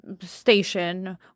station